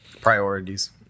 Priorities